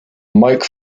mike